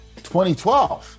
2012